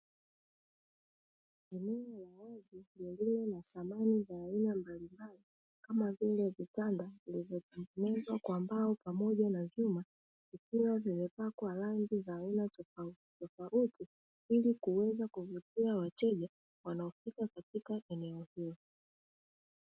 Eneo la wazi lililo na thamani za aina mbalimbali kama vile; vitanda vilivyotengenezwa kwa mbao pamoja na vyuma vikiwa vimepakwa rangi za aina tofautitofauti ili kuweza kuvutia wateja wanaofika katika eneo hilo.